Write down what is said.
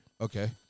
Okay